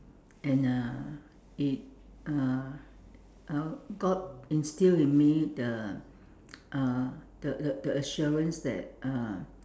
and uh it uh uh God instilled in me the uh the the assurance that uh